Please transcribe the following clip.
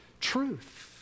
truth